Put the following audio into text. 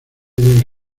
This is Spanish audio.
debe